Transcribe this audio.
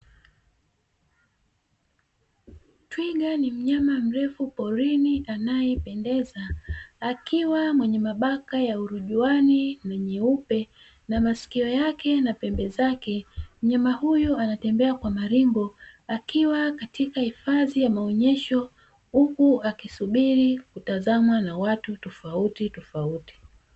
Twiga ni mnyama mrefu porini anayependeza, akiwa mwenye mabaka ya urujiani na nyeupe na masikio yake na pembe zake, mnyama huyu anatembea kwa maringo akiwa katika hifadhi ya maonyesho, huku akisubiri kutazamwa na watu tofautitofauti.